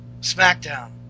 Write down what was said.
Smackdown